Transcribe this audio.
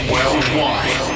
Worldwide